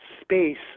space